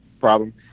problem